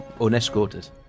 unescorted